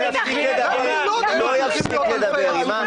הוא לא יפסיק לדבר, אימאן.